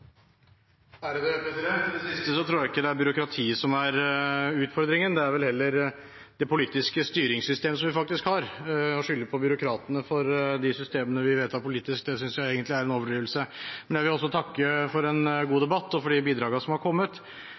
det siste: Jeg tror ikke det er byråkratiet som er utfordringen, det er vel heller det politiske styringssystemet som vi faktisk har. Å skylde på byråkratene for de systemene vi vedtar politisk, synes jeg egentlig er en overdrivelse. Men jeg vil også takke for en god debatt og for de bidragene som har kommet.